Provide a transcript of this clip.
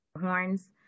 horns